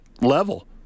level